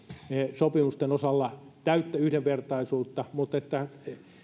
sopimusten osalla täyttä yhdenvertaisuutta miten